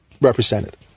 represented